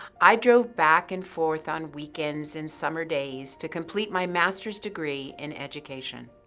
i drove back and forth on weekends and summer days to complete my master's degree in education.